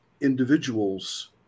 individuals